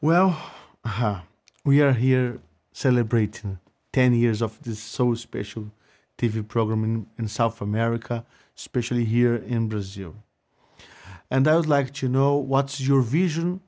well we are here celebrating ten years of this so special to view programming in south america especially here in brazil and those like you know what's your vision